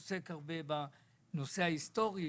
היות ואתה עוסק הרבה בנושא ההיסטורי,